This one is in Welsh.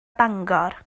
bangor